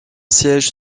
siège